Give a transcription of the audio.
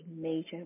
major